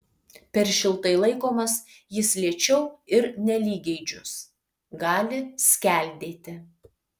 per šiltai laikomas jis lėčiau ir nelygiai džius gali skeldėti